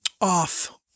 off